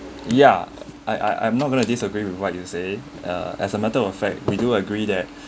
ya I I I'm not going to disagree with what you say uh as a matter of fact we do agree that